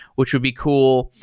which should be cool.